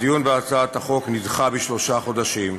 הדיון בהצעת החוק נדחה בשלושה חודשים,